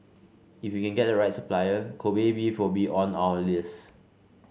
if we can get the right supplier Kobe beef will be on our list